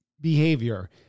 behavior